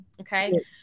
Okay